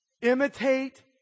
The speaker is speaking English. imitate